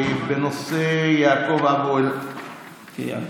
היא בנושא יעקוב אבו אלקיעאן.